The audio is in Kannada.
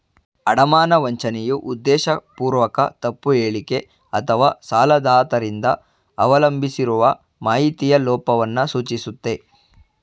ಅಡಮಾನ ವಂಚನೆಯು ಉದ್ದೇಶಪೂರ್ವಕ ತಪ್ಪು ಹೇಳಿಕೆ ಅಥವಾಸಾಲದಾತ ರಿಂದ ಅವಲಂಬಿಸಿರುವ ಮಾಹಿತಿಯ ಲೋಪವನ್ನ ಸೂಚಿಸುತ್ತೆ